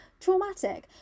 traumatic